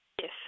Yes